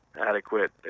adequate